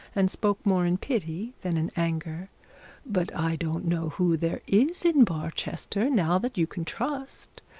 and spoke more in pity than in anger but i don't know who there is in barchester now that you can trust.